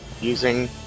using